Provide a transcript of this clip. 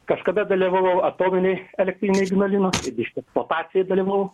kažkada dalyvavau atominėj elektrinėj ignalinos vidiškių eksploatacijoj dalyvavau